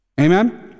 Amen